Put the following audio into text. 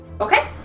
Okay